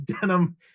denim